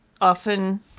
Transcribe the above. often